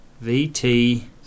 V-T